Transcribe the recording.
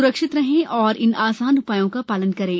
सुरक्षित रहें और इन आसान उपायों का पालन करें